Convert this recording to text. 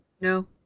no